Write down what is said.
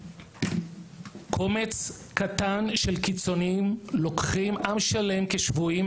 קומץ קטן של קיצוניים לוקחים עם שלם כשבויים